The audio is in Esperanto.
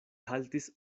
haltis